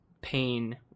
pain